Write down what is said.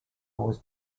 was